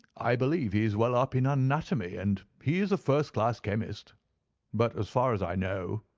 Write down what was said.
i believe he is well up in anatomy, and he is a first-class chemist but, as far as i know,